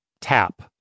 Tap